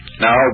Now